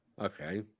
okay